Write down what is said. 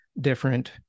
different